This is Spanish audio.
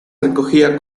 recogía